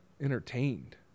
Entertained